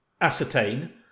ascertain